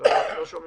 גם אנחנו,